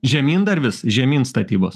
žemyn dar vis žemyn statybos